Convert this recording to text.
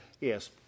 Yes